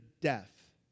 death